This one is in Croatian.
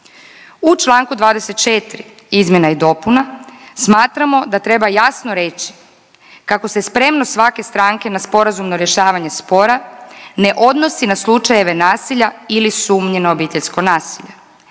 U Članku 24. izmjena i dopuna smatramo da treba jasno reći kako se spremnost svake stranke na sporazumno rješavanje spora ne odnosi na slučajeve nasilja ili sumnje na obiteljsko nasilje.